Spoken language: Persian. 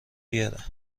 بیاره